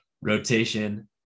rotation